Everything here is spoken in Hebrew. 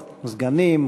לסגנים,